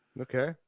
Okay